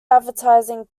advertising